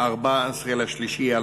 14 במרס 2013,